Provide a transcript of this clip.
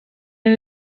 and